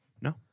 No